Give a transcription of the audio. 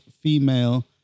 female